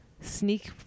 Sneak